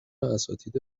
اساتید